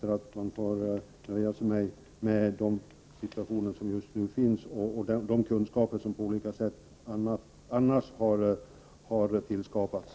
Vi får nöja oss med den situation som just nu råder och de kunskaper som på annat sätt har tagits fram.